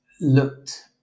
looked